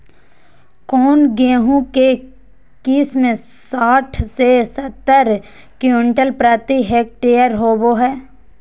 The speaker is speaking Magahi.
कौन गेंहू के किस्म साठ से सत्तर क्विंटल प्रति हेक्टेयर होबो हाय?